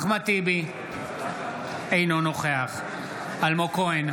אינו נוכח אלמוג כהן,